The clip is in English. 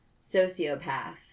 sociopath